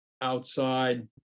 outside